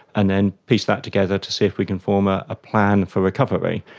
and then piece that together to see if we can form a ah plan for recovery.